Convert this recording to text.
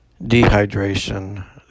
dehydration